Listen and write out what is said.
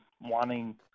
wanting